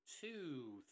two